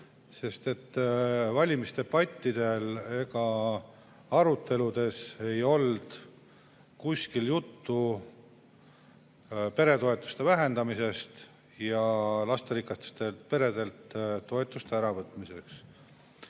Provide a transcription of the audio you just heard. et valimisdebattidel ega aruteludes ei olnud kuskil juttu peretoetuste vähendamisest ja lasterikastelt peredelt toetuste äravõtmisest.